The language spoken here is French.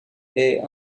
est